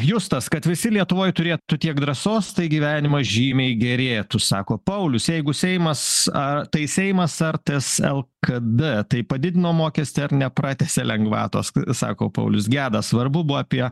justas kad visi lietuvoj turėtų tiek drąsos tai gyvenimas žymiai gerėtų sako paulius jeigu seimas a tai seimas ar ties el k d tai padidino mokestį ar nepratęsė lengvatos sako paulius gedas svarbu buvo apie